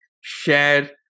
share